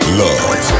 love